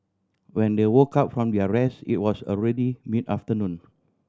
when they woke up from their rest it was already mid afternoon